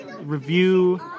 review